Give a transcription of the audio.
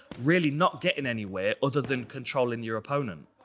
really not getting anywhere other than controlling your opponent.